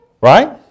Right